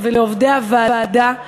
לעובדי הוועדה,